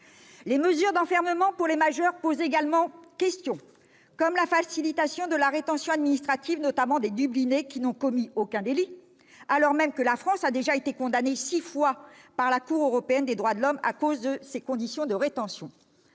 Les mesures d'enfermement pour les majeurs posent également question, comme la facilitation de la rétention administrative, notamment des « dublinés » qui n'ont commis aucun délit, alors même que la France a déjà été condamnée à six reprises par la Cour européenne des droits de l'homme à cause de ses conditions de rétention.